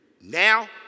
now